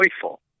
joyful